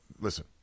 listen